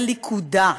וליכודה,